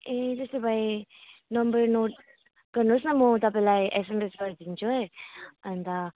ए त्यसो भए number note गर्नुहोस् न म तपाईँलाई एसएमएस गरिदिन्छु है अन्त